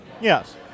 Yes